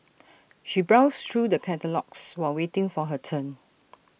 she browsed through the catalogues while waiting for her turn